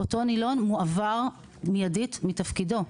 אותו נילון מועבר מיידית מתפקידו.